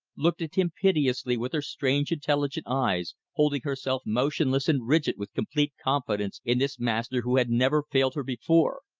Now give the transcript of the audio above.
looked at him piteously with her strange intelligent eyes, holding herself motionless and rigid with complete confidence in this master who had never failed her before.